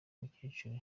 mukecuru